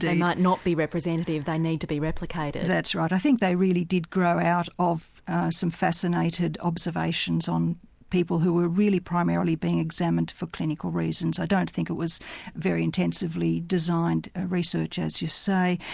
they might not be representative, they need to be replicated. that's right. i think they really did grow out of some fascinating observations on people who were really primarily being examined for clinical reasons. i don't think it was very intensively designed ah research as you say.